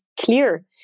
clear